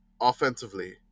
offensively